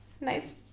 nice